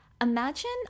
imagine